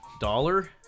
Dollar